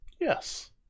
Yes